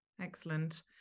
Excellent